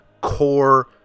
core